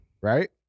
right